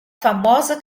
famosa